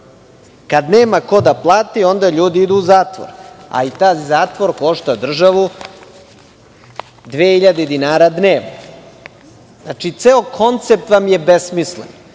Kada nema kod da plati, onda ljudi idu u zatvor, a taj zatvor košta državu 2.000 dinara dnevno. Znači, ceo koncept vam je besmislen.